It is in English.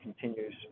continues